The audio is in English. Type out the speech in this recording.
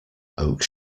oak